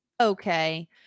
Okay